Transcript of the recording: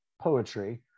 poetry